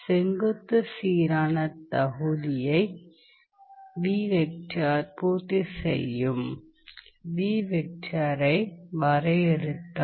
செங்குத்து சீரான தகுதியை பூர்த்தி செய்யுமாறு ஐ வரையறுத்தல்